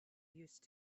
used